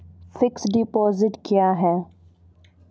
Fixed deposit क्या हैं?